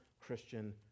Christian